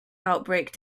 outbreak